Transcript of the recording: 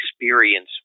experience